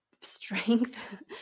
strength